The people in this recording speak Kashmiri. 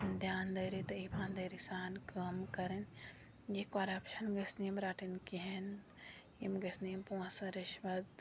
دیٛان دٲری تہٕ ایٖمان دٲری سان کٲم کَرٕنۍ یہِ کۄرپشَن گٔژھۍ نہٕ یِم رَٹٕنۍ کِہیٖنۍ یِم گٔژھۍ نہٕ یِم پونٛسہٕ رِشوَت